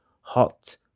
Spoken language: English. hot